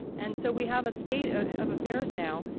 and so we have a state of affairs now,